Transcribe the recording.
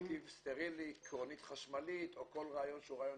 נתיב סטרילי, קרונית חשמלית או כל רעיון אחר.